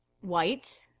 white